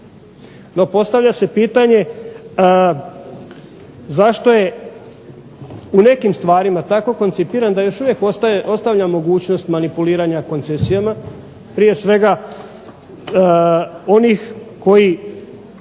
No postavlja se pitanje zašto je u nekim stvarima tako koncipiran da još uvijek ostavlja mogućnost manipuliranja koncesijama, prije svega onih koji